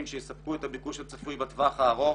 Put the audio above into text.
שיספקו את הביקוש הצפוי בטווח הארוך